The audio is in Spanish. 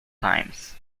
times